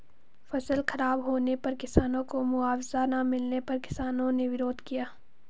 फसल खराब होने पर किसानों को मुआवजा ना मिलने पर किसानों ने विरोध किया